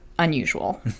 unusual